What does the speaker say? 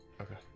Okay